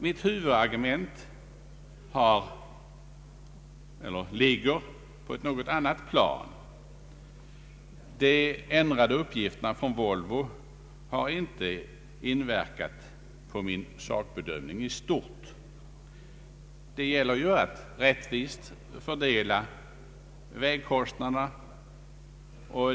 Mitt huvudargument ligger nämligen på ett annat plan. De ändrade uppgifterna från Volvo har inte inverkat på min sakbedömning i stort. Det gäller ju att rättvist fördela vägkostnaderna.